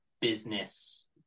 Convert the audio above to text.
business